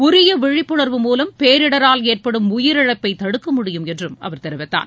உரிய விழிப்புணர்வு மூலம் பேரிடரால் ஏற்படும் உயிரிழப்பை தடுக்க முடியும் என்றும் அவர் தெரிவித்தார்